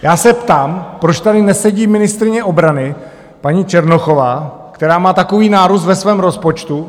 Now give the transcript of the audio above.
Já se ptám, proč tady nesedí ministryně obrany paní Černochová, která má takový nárůst ve svém rozpočtu?